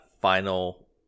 final